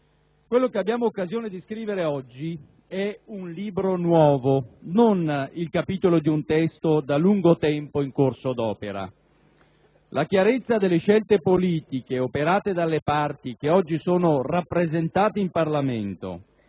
Oggi abbiamo occasione di scrivere un libro nuovo, non il capitolo di un testo da lungo tempo in corso d'opera. La chiarezza delle scelte politiche operate dalle parti oggi rappresentate in Parlamento